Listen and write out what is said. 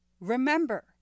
Remember